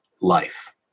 life